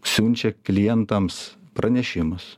siunčia klientams pranešimus